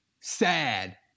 sad